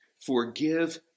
forgive